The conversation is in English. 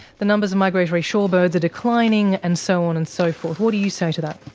the numbers of migratory shorebirds are declining and so on and so forth. what do you say to that?